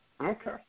Okay